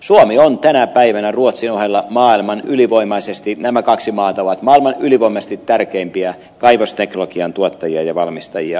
suomi ja ruotsi ovat tänä päivänä nämä kaksi maata maailman ylivoimaisesti tärkeimpiä kaivosteknologian tuottajia ja valmistajia